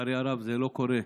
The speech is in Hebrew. לצערי הרב, זה לא קורה.